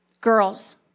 Girls